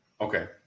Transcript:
Okay